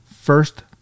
first